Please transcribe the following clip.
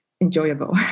enjoyable